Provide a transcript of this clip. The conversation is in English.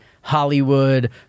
Hollywood